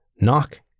Knock